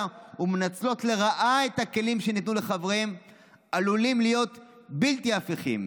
ומנצלות לרעה את הכלים שניתנו לחברים עלולים להיות בלתי הפיכים.